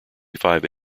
five